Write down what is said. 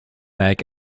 neck